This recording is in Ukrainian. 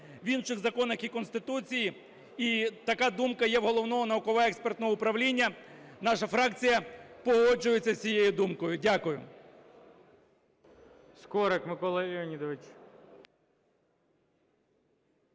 в інших законах і Конституції. І така думка є в Головного науково-експертного управління. Наша фракція погоджується з цією думкою. Дякую.